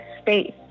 space